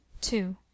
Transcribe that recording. two